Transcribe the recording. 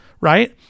right